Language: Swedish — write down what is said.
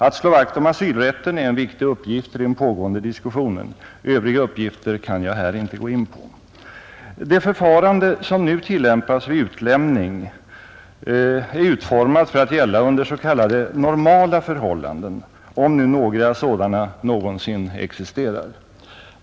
Att slå vakt om asylrätten är en viktig uppgift i den pågående diskussionen. Övriga uppgifter kan jag här inte gå in på. Det förfarande som nu tillämpas vid utlämning är utformat för att gälla under s.k. normala förhållanden — om nu några sådana någonsin existerar.